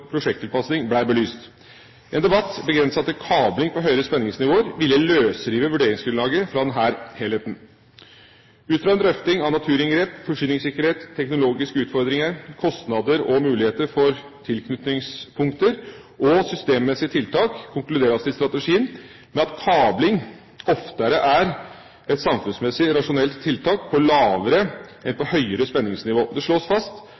belyst. En debatt begrenset til kabling på høyere spenningsnivåer ville løsrive vurderingsgrunnlaget fra denne helheten. Ut fra en drøfting av naturinngrep, forsyningssikkerhet, teknologiske utfordringer, kostnader og muligheter for tilknytningspunkter og systemmessige tiltak konkluderes det i strategien med at kabling oftere er et samfunnsmessig rasjonelt tiltak på lavere enn på høyere spenningsnivå. Det slås fast